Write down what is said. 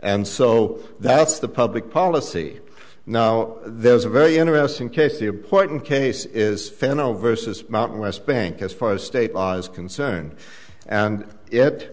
and so that's the public policy now there's a very interesting case the important case is fennell versus mountain west bank as far as state law is concerned and it